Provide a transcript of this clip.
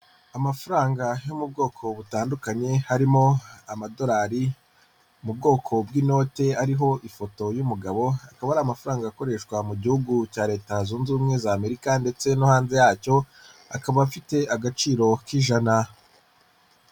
Amafaranga yo mu bwoko butandukanye harimo amadolari, mu bwoko bw'inote ariho ifoto y'umugabo, akaba ari amafaranga akoreshwa mu gihugu cya leta zunze ubumwe za Amerika ndetse no hanze yacyo, akaba afite agaciro k'ijana.